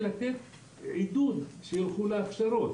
צריך לתת עידוד להכשרות.